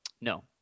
No